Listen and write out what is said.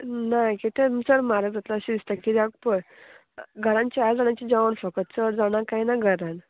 ना कितें चड म्हारग जाता अशें दिसता कित्याक पय घरान चार जाणांचें जेवण फकत चड जाणां कांय ना घरान